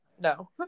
no